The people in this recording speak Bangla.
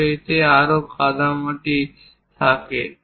তবে এতে আরও কাদামাটি থাকে